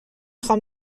خوام